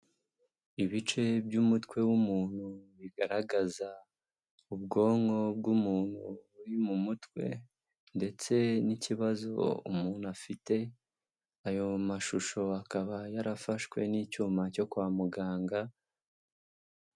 Ibice by'umutwe w'umuntu bigaragaza ubwonko bw'umuntu buri mu mutwe ndetse n'ikibazo umuntu afite, ayo mashusho akaba yarafashwe n'icyuma cyo kwa muganga.